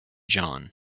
john